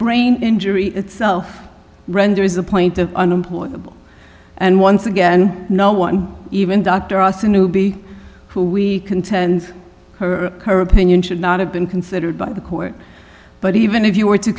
brain injury itself render is the point of unemployable and once again no one even doctor us a newbie who we contend her career opinion should not have been considered by the court but even if you were to